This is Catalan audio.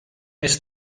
més